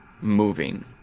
moving